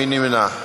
מי נמנע?